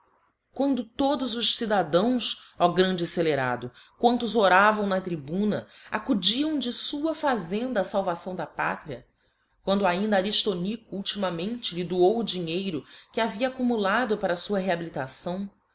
quando todos os cidadãos ao grande fceierado quantos oravam na tribuna acodiam de fua fazenda á faivação da pátria quando ainda ariftonico ultimamente lhe doou o dinheiro que havia accumulado para fua rehabilitação